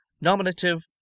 Nominative